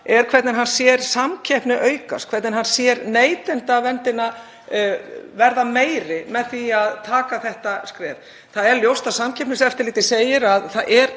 er hvernig hann sér samkeppni aukast, hvernig hann sér neytendaverndina verða meiri með því að taka þetta skref. Það er ljóst og Samkeppniseftirlitið segir að það